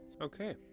Okay